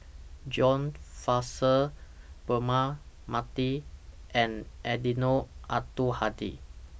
John Fraser Braema Mathi and Eddino Abdul Hadi